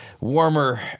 warmer